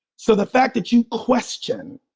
so the fact that you question,